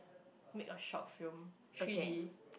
make your short film three-D